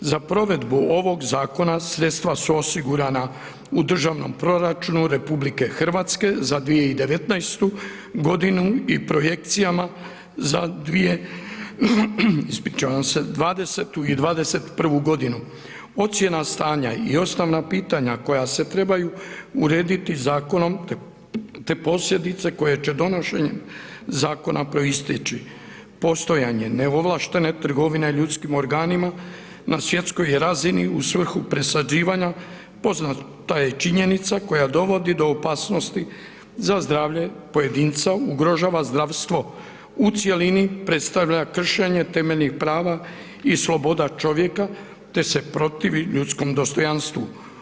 Za provedbu ovog zakona sredstva su osigurana u državnom proračunu RH za 2019. g. i projekcijama za 2020. i 2021. g. Ocjena stanja i osnovna pitanja koja se trebaju urediti zakonom te posljedice koje će donošenjem zakona proisteći, postojanje neovlaštene trgovine ljudskim organima na svjetskoj razini u svrhu presađivanja, poznata je činjenica koja dovodi do opasnosti za zdravlje pojedinca, ugrožava zdravstvo u cjelini, predstavlja kršenje temeljnih prava i sloboda čovjeka te se protivi ljudskom dostojanstvu.